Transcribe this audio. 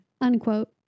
unquote